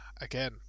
again